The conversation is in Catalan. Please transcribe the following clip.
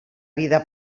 vida